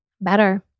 better